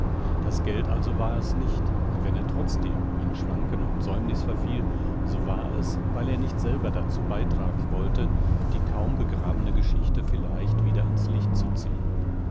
das geld also war es nicht und wenn er trotzdem in schwanken und säumniß verfiel so war es weil er nicht selber dazu beitragen wollte die kaum begrabene geschichte vielleicht wieder ans licht zu ziehn